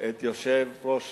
את יושב-ראש